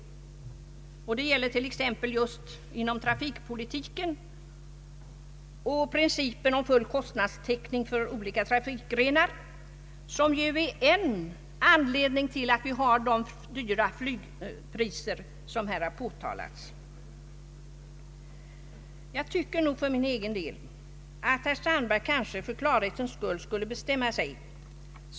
Inom parentes gäller det t.ex. just inom trafikpolitiken, bl.a. principen om full kostnadstäckning för olika trafikgrenar, som är en anledning till att vi har de höga flygpriser som här påtalats. På vilken ståndpunkt står nu herr Strandberg beträffande lokaliseringsansträngningen i Norrland? Jag tycker att herr Strandberg för klarhetens skull borde bestämma sig.